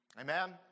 Amen